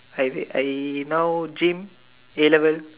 I will I now gym A-Level